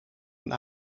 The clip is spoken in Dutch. een